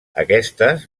aquestes